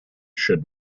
should